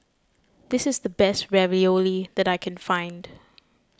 this is the best Ravioli that I can find